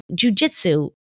jujitsu